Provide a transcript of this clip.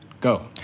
go